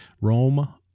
Rome